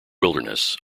wilderness